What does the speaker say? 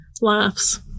laughs